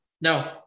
no